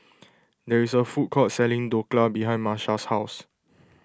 there is a food court selling Dhokla behind Marsha's house